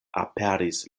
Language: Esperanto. aperis